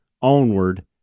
onward